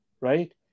right